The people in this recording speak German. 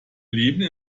leben